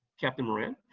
captain moran,